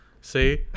See